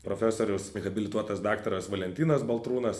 profesorius habilituotas daktaras valentinas baltrūnas